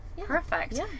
Perfect